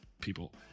people